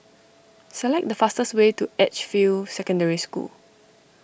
select the fastest way to Edgefield Secondary School